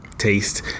taste